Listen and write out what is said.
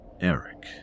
Eric